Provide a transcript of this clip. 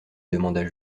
demanda